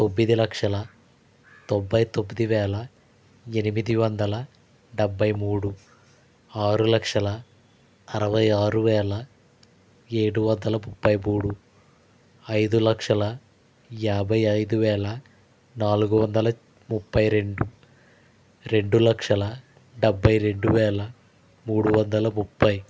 తొమ్మిది లక్షల తొంభై తొమ్మిది వేల ఎనిమిది వందల డెబ్బై మూడు ఆరు లక్షల అరవైఆరు వేల ఏడువందల ముప్పై మూడు ఐదులక్షల యాభై ఐదువేల నాలుగువందల ముప్పై రెండు రెండు లక్షల డెబ్బై రెండువేల మూడు వందల ముప్పై